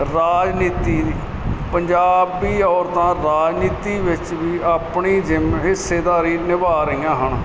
ਰਾਜਨੀਤੀ ਪੰਜਾਬੀ ਔਰਤਾਂ ਰਾਜਨੀਤੀ ਵਿੱਚ ਵੀ ਆਪਣੀ ਹਿੱਸੇਦਾਰੀ ਨਿਭਾ ਰਹੀਆਂ ਹਨ